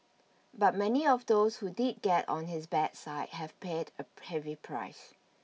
but many of those who did get on his bad side have paid a heavy price